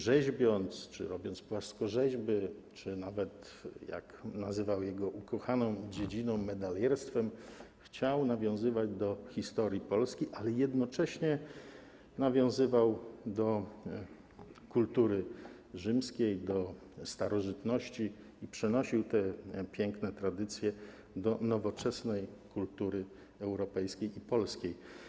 Rzeźbiąc czy tworząc płaskorzeźby, czy nawet poprzez jego ukochaną, jak ją nazywał, dziedzinę: medalierstwo chciał nawiązywać do historii Polski, ale jednocześnie nawiązywał do kultury rzymskiej, do starożytności i przenosił te piękne tradycje do nowoczesnej kultury europejskiej i polskiej.